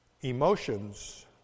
Emotions